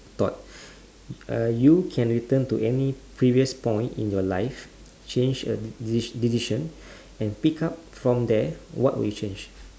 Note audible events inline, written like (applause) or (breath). thought (breath) uh you can return to any previous point in your life change a deci~ decision (breath) and pick up from there what would you change